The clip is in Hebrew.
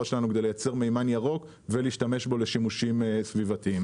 שלנו כדי לייצר מימן ירוק ולהשתמש בו לשימושים סביבתיים.